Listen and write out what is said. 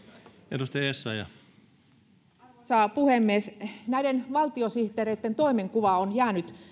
arvoisa puhemies näiden valtiosihteereitten toimenkuva on jäänyt